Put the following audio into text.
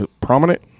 prominent